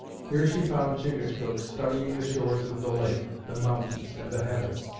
here she found chingachgook studying the shores of the lake, the mountains and the heavens,